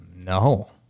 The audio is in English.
no